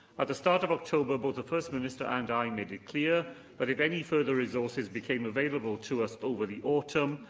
at the start of october, both the first minister and i made it clear that if any further resources became available to us over the autumn,